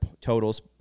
totals